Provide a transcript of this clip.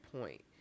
point